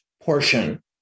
portion